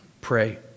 pray